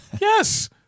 Yes